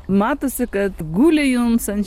matosi kad guli jums ant